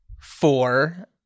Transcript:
four